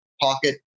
pocket